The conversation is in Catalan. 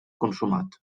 consumat